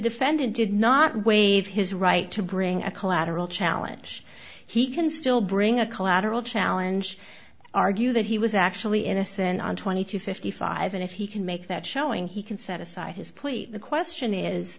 defendant did not waive his right to bring a collateral challenge he can still bring a collateral challenge argue that he was actually innocent on twenty to fifty five and if he can make that showing he can set aside his plea the question is